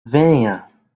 venha